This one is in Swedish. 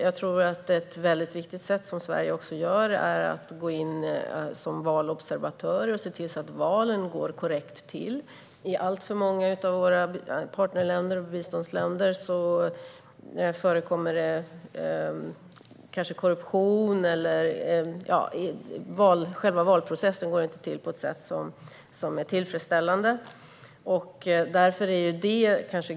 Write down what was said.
Jag tror att ett väldigt viktigt sätt, som Sverige också gör, är att som valobservatörer se till att valen går rätt till. I alltför många av våra partnerländer och biståndsländer förekommer korruption, och själva valprocessen går inte till på ett tillfredsställande sätt.